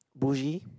bulgy